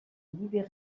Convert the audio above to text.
libéré